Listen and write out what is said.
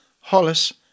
Hollis